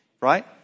Right